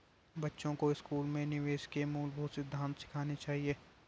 बच्चों को स्कूल में निवेश के मूलभूत सिद्धांत सिखाने चाहिए